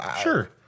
sure